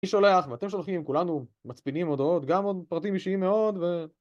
אני שולח ואתם שולחים, כולנו מצפינים הודעות, גם עוד פרטים אישיים מאוד ו...